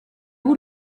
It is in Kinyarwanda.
w’u